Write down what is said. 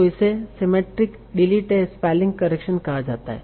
तो इसे symmetric delete uh spelling correction कहा जाता है